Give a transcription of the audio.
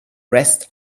rest